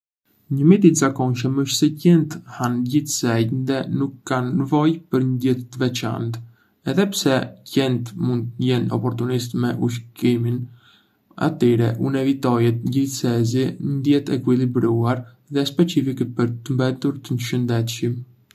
Një mit i zakonshëm është se qentë hanë gjithsej dhe nuk kanë nevojë për një dietë të veçantë. Edhe pse qentë mund të jenë oportunistë me ushqimin, atyre u nevojitet gjithsesi një dietë e ekuilibruar dhe specifike për të mbetur të shëndetshëm.